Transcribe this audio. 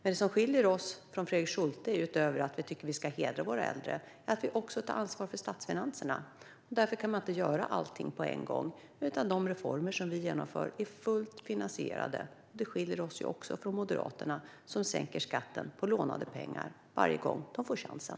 Det som skiljer oss från Fredrik Schulte, utöver att vi tycker att vi ska hedra våra äldre, är att vi också tar ansvar för statsfinanserna. Därför kan vi inte göra allt på en gång, utan de reformer som vi genomför är fullt finansierade. Det skiljer oss också från Moderaterna, som sänker skatten för lånade pengar varje gång de får chansen.